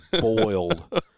boiled